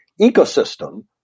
ecosystem